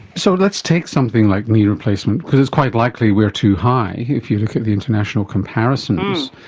so let's take something like knee replacement, because it's quite likely we are too high, if you look at the international comparisons.